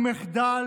הוא מחדל.